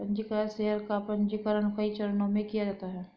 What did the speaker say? पन्जीकृत शेयर का पन्जीकरण कई चरणों में किया जाता है